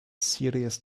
serious